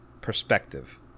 perspective